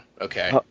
Okay